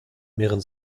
mehren